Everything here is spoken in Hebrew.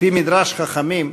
על-פי מדרש חכמים,